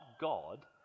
God